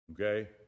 Okay